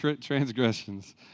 transgressions